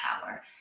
power